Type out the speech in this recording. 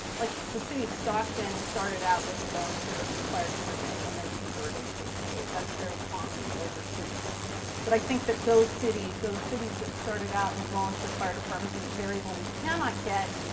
like the city of stockton started out with a volunteer fire department and then converted to pay. that's very common in older cities but i think that those cities, those cities that started out with volunteer fire departments and a variable we cannot get,